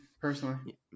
personally